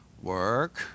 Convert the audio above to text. Work